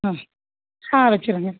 ஆ ஆ வச்சிடுறேங்க